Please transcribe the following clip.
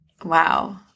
wow